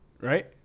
right